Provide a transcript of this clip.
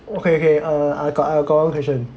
okay okay I got one question